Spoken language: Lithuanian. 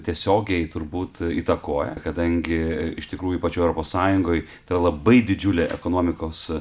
tiesiogiai turbūt įtakoja kadangi iš tikrųjų pačioj europos sąjungoj tai labai didžiulė ekonomikos